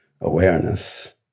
awareness